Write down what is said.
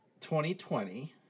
2020